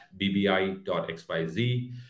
bbi.xyz